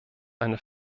eine